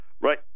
right